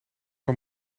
een